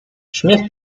śmiech